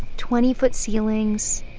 twenty foot ceilings.